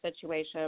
situation